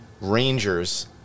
Rangers